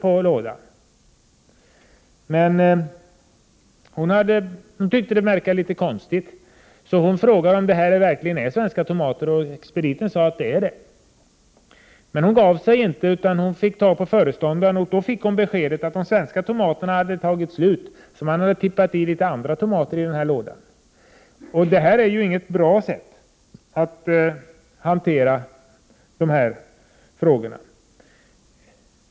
Personen i fråga tyckte att det verkade konstigt, så hon frågade expediten om det verkligen var svenska tomater. Expediten svarade att det var det. Den här kunden gav sig emellertid inte utan fick tag på föreståndaren och frågade honom. Då fick hon beskedet att de svenska tomaterna hade tagit slut och att man hade tippat i andra tomater i den här lådan. Det är ju inte något bra sätt att hantera sådana här produkter.